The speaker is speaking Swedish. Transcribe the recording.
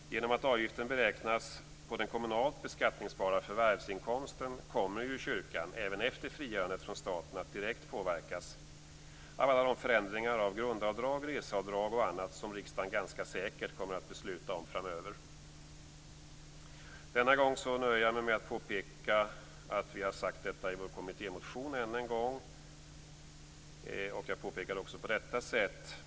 Genom att avgiften beräknas på den kommunalt beskattningsbara förvärvsinkomsten kommer kyrkan, även efter frigörandet från staten, att direkt påverkas av alla de förändringar av grundavdrag, reseavdrag och annat som riksdagen ganska säkert kommer att besluta om framöver. Denna gång nöjer jag mig med att påpeka att vi har sagt detta i vår kommittémotion än en gång, och jag påpekar det också på detta sätt.